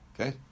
Okay